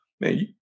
Man